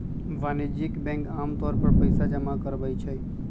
वाणिज्यिक बैंक आमतौर पर पइसा जमा करवई छई